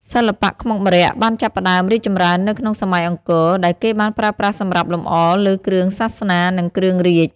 សិល្បៈខ្មុកម្រ័ក្សណ៍បានចាប់ផ្ដើមរីកចម្រើននៅក្នុង សម័យអង្គរ ដែលគេបានប្រើប្រាស់សម្រាប់លម្អលើគ្រឿងសាសនា និងគ្រឿងរាជ្យ។